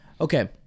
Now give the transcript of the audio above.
Okay